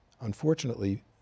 Unfortunately